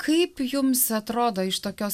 kaip jums atrodo iš tokios